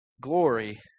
glory